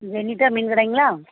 ஜெனிட்டா மீன் கடைங்களா